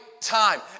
time